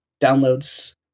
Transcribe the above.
Downloads